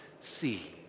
see